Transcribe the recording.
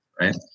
Right